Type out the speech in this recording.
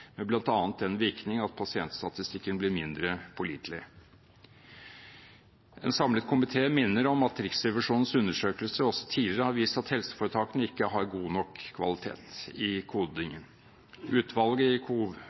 den virkning at pasientstatistikken blir mindre pålitelig. En samlet komité minner om at Riksrevisjonens undersøkelser også tidligere har vist at helseforetakene ikke har god nok kvalitet i kodingen. Utvalget i